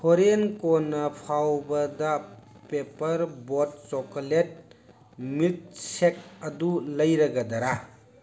ꯍꯣꯔꯦꯟ ꯀꯣꯟꯅ ꯐꯥꯎꯕꯗ Paper Boat chocolate milkshake ꯑꯗꯨ ꯂꯩꯔꯒꯗꯔꯥ